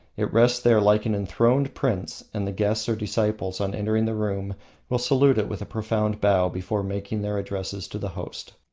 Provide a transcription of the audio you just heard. it rests there like an enthroned prince, and the guests or disciples on entering the room will salute it with a profound bow before making their addresses to the host.